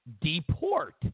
deport